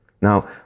Now